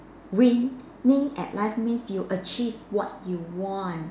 winning at life means you achieve what you want